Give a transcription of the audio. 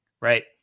right